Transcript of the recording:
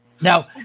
Now